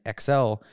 XL